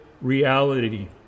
reality